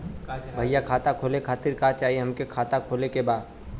भईया खाता खोले खातिर का चाही हमके खाता खोले के बा?